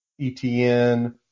ETN